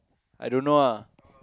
I don't know ah